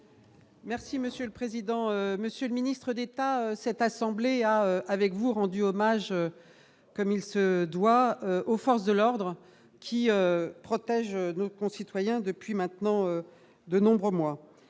Merci monsieur le président, Monsieur le ministre d'État, cette assemblée avec vous rendu hommage comme il se doit, aux forces de l'ordre qui protège nos concitoyens depuis maintenant de nombreux mois